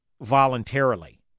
voluntarily